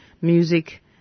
music